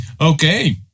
Okay